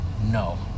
No